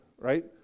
right